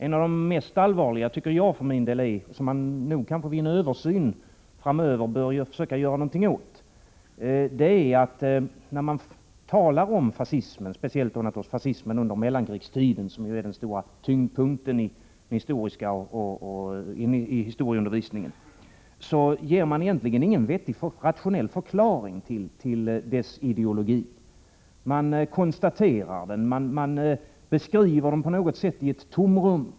En av de mest allvarliga — det bör man vid en översyn framöver försöka göra någonting åt — är att man när man talar om fascismen, speciellt fascismen under mellankrigstiden, som ju är tyngdpunkten i historieundervisningen, egentligen inte ger någon vettig, rationell förklaring till dess ideologi. Man bara konstaterar den, man beskriver den i ett tomrum.